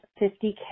50K